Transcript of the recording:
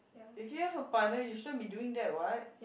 if you have a partner you shouldn't be doing that what